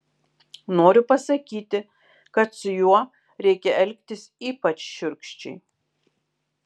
noriu pasakyti kad su juo reikia elgtis ypač šiurkščiai